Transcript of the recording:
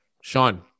sean